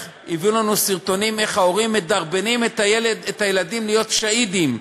הביאו לנו סרטונים איך ההורים מדרבנים את הילדים להיות שהידים.